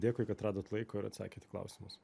dėkui kad radot laiko ir atsakėt į klausimus